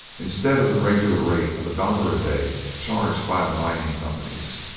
instead of the regular rate of a dollar a day charged by the mining companies.